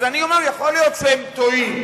אז אני אומר: יכול להיות שהם טועים.